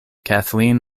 kathleen